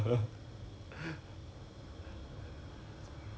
re~ rec~ err 你的也是 re~ recovery